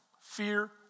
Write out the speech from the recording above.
Fear